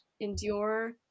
endure